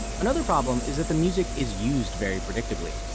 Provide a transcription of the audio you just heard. another problem is that the music is used very predictably.